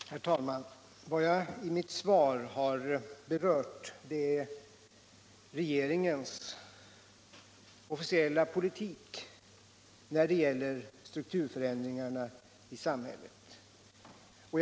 Nr 40 Herr talman! Vad jag i mitt svar har berört är regeringens officiella politik när det gäller strukturförändringarna i samhället.